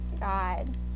God